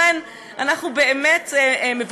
לכן אני אומר,